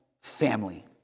family